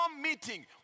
meeting